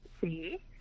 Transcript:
See